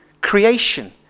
creation